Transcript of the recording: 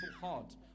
heart